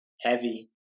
heavy